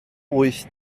wyth